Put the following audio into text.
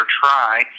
try